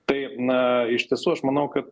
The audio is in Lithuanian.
tai na iš tiesų aš manau kad